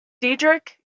Diedrich